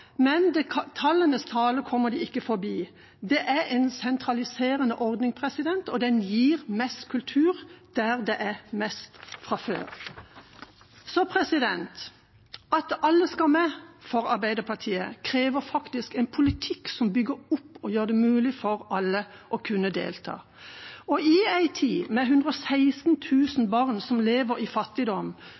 Men tallenes tale kommer de ikke forbi. Det er en sentraliserende ordning, og den gir mest kultur der det er mest fra før. Arbeiderpartiets «Alle skal med» krever en politikk som bygger opp og gjør det mulig for alle å kunne delta. I en tid der 116 000 barn lever i fattigdom,